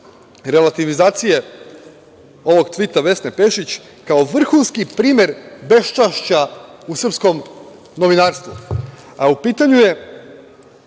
relativizacije ovog tvita Vesne Pešić, kao vrhunski primer beščašća u srpskom novinarstvu. U pitanju je,